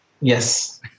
Yes